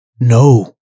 No